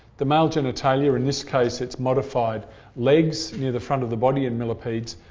the male genitalia, in this case it's modified legs near the front of the body in millipedes,